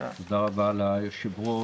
תודה רבה ליושב-ראש,